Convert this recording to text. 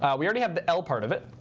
um we already have the l part of it.